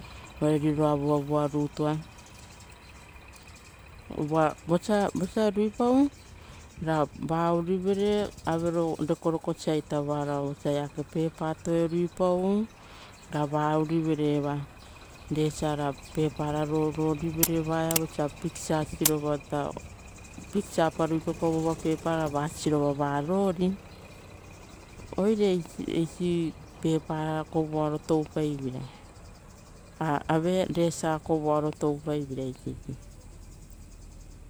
Uvare riro avuaruarurua. Uva vosa viapaura. Va ouri vere avero. Rekoreko sa, oisio osa varao pepa toiruipau. Ra va ourivere resa kaperesa. Ra pepa ra roro rivere vaiaivosa piksa uraura pa ruipapau vova pepa, rava sirova, varori oire eisi resa kovoaro toupaiveira.